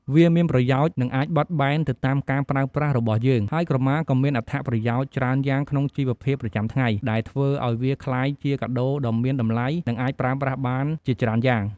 វាមានប្រយោជន៍ និងអាចបត់បែនទៅតាមការប្រើប្រាស់របស់យើង ហើយក្រមាក៏មានអត្ថប្រយោជន៍ច្រើនយ៉ាងក្នុងជីវភាពប្រចាំថ្ងៃ ដែលធ្វើឲ្យវាក្លាយជាកាដូដ៏មានតម្លៃ និងអាចប្រើប្រាស់បានជាច្រើនយ៉ាង។